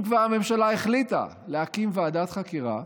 אם כבר הממשלה החליטה להקים ועדת חקירה,